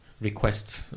Request